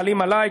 חלות עלי,